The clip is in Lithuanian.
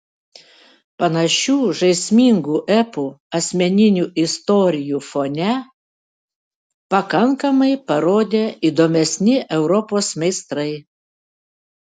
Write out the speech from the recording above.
panašių žaismingų epų asmeninių istorijų fone pakankamai parodė įdomesni europos meistrai